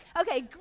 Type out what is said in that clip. Okay